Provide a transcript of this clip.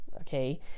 okay